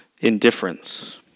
indifference